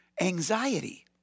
anxiety